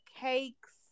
cakes